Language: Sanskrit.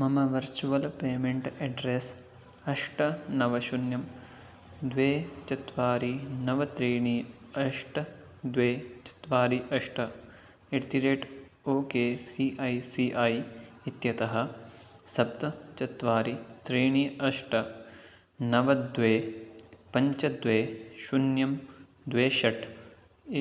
मम वर्चुवल् पेमेण्ट् अड्रेस् अष्ट नव शून्यं द्वे चत्वारि नव त्रीणि अष्ट द्वे चत्वारि अष्ट at the rate O K C I C I इत्यतः सप्त चत्वारि त्रीणि अष्ट नव द्वे पञ्च द्वे शून्यं द्वे षट्